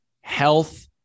health